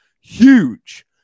huge